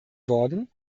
worden